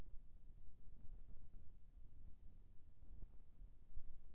बासमती धान के बगरा उपज बर कैसन माटी सुघ्घर रथे?